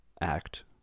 act